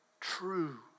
True